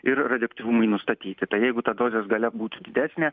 ir radioaktyvumui nustatyti tai jeigu ta dozės galia būtų didesnė